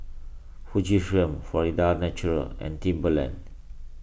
Fujifilm Florida's Natural and Timberland